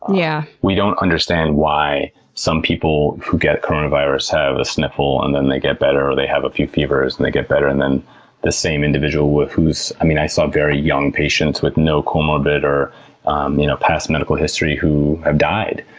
yeah we don't understand why some people who get coronavirus have a sniffle and then they get better, or they have a few fevers and then they get better. and then the same individual who's, i mean, i saw very young patients with no comorbid or um you know past medical history who have died,